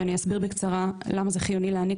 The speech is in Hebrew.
אני אסביר בקצרה למה זה חיוני להעניק